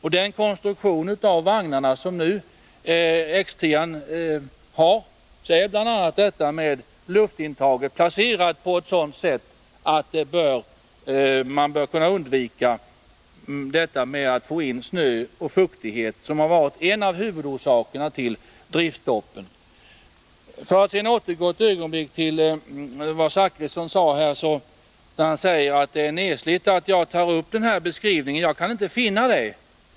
I X 10:s 51 konstruktion ingår att luftintaget placerats på ett sådant sätt att risken att få in snö och fuktighet i motorerna, som varit en av huvudorsakerna till driftsstoppen, bör kunna undvikas.